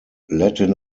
latin